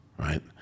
right